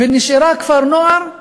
ונשאר כפר-נוער בינוני,